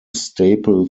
staple